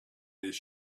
this